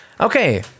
Okay